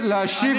חינם?